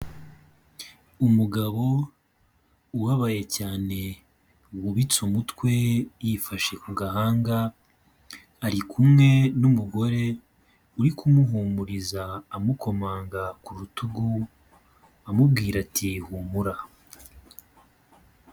Umugabo ubabaye cyane wubitse umutwe yifashe ku gahanga, ari kumwe n'umugore uri kumuhumuriza amukomanga ku rutugu amubwira ati humura.